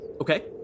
Okay